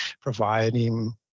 providing